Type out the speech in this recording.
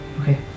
Okay